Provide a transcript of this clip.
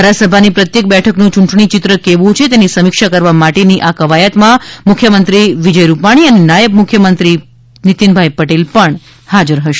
ધારાસભાની પ્રત્યેક બેઠકનું યૂંટણી ચિત્ર કેવું છે તેની સમિક્ષા કરવા માટેની આ કવાયતમાં મુખ્યમંત્રી વિજય રૂપાણી અને નાયબ મુખ્યમંત્રી નિતિનભાઈ પટેલ પણ હાજર હશે